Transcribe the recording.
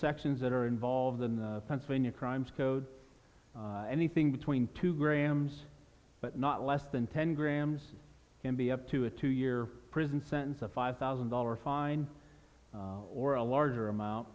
sections that are involved in the pennsylvania crimes code anything between two grams but not less than ten grams can be up to a two year prison sentence of five thousand dollars fine or a larger amount